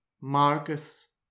Marcus